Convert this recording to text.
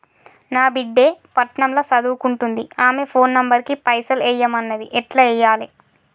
నా బిడ్డే పట్నం ల సదువుకుంటుంది ఆమె ఫోన్ నంబర్ కి పైసల్ ఎయ్యమన్నది ఎట్ల ఎయ్యాలి?